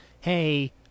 Hey